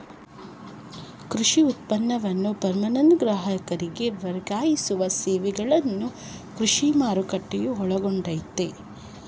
ಕೃಷಿ ಉತ್ಪನ್ನವನ್ನು ಫಾರ್ಮ್ನಿಂದ ಗ್ರಾಹಕರಿಗೆ ವರ್ಗಾಯಿಸುವ ಸೇವೆಗಳನ್ನು ಕೃಷಿ ಮಾರುಕಟ್ಟೆಯು ಒಳಗೊಂಡಯ್ತೇ